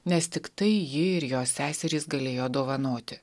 nes tiktai ji ir jos seserys galėjo dovanoti